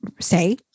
say